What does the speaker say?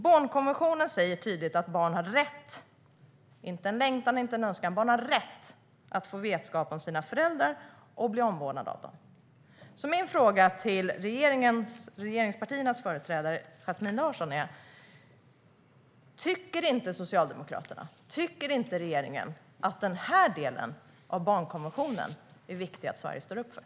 Barnkonventionen säger tydligt att barn har rätt - inte en längtan, inte en önskan - att få vetskap om sina föräldrar och bli omvårdat av dem. Min fråga till regeringspartiernas företrädare Yasmine Larsson är: Tycker inte Socialdemokraterna och regeringen att det är viktigt att Sverige står upp för den här delen av barnkonventionen?